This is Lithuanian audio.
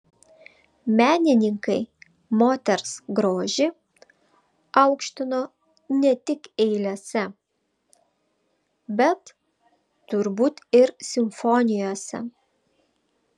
menininkai moters grožį aukštino ne tik eilėse bet turbūt ir simfonijose